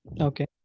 Okay